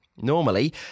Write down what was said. Normally